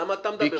למה אתה מדבר?